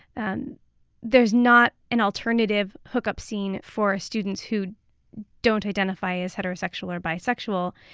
and there's not an alternative hookup scene for students who don't identify as heterosexual or bisexual.